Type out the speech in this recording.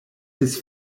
his